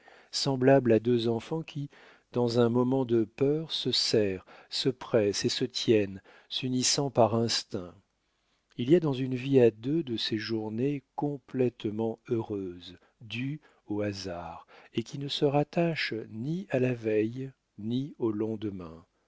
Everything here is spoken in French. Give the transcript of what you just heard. semblables à deux enfants qui dans un moment de peur se serrent se pressent et se tiennent s'unissant par instinct il y a dans une vie à deux de ces journées complétement heureuses dues au hasard et qui ne se rattachent ni à la veille ni au lendemain